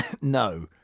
No